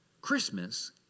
Christmas